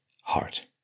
heart